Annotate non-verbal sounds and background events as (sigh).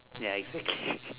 ya exactly (laughs)